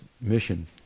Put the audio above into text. mission